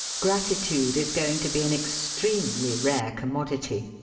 gratitude is going to be an extremely rare commodity,